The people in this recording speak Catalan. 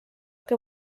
que